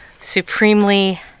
supremely